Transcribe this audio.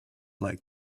like